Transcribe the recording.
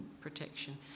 protection